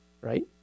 right